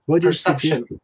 Perception